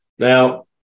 Now